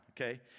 okay